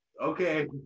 Okay